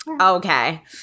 Okay